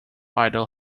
idle